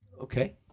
Okay